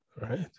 right